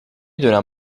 دونم